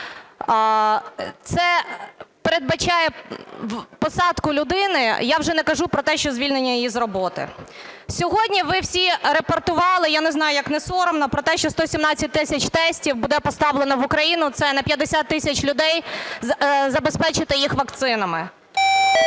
це передбачає посадку людини, я вже не кажу, що звільнення її з роботи. Сьогодні ви всі рапортували (я не знаю, як не соромно), про те, що 117 тисяч тестів буде поставлено в Україну – це на 50 тисяч людей, забезпечити їх вакцинами.